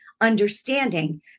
understanding